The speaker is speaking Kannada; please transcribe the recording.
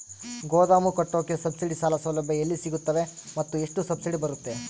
ಗೋದಾಮು ಕಟ್ಟೋಕೆ ಸಬ್ಸಿಡಿ ಸಾಲ ಸೌಲಭ್ಯ ಎಲ್ಲಿ ಸಿಗುತ್ತವೆ ಮತ್ತು ಎಷ್ಟು ಸಬ್ಸಿಡಿ ಬರುತ್ತೆ?